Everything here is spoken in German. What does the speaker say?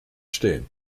stehen